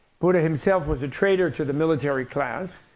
buddha himself was a traitor to the military class,